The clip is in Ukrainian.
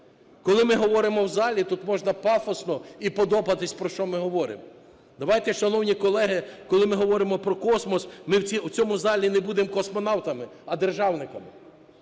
Коли ми говоримо в залі, тут можна пафосно і подобатися, про що ми говоримо. Давайте шановні колеги, коли ми говоримо про космос, ми у цьому залі не будемо космонавтами, а державниками.